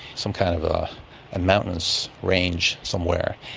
some kind of a and mountainous range somewhere,